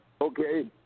Okay